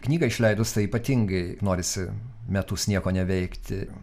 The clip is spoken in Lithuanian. knygą išleidus tai ypatingai norisi metus nieko neveikti